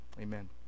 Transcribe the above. Amen